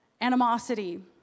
animosity